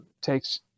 takes